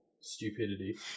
stupidity